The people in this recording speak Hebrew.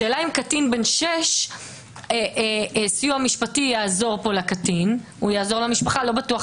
השאלה האם סיוע משפטי יעזור פה לקטין בן שש.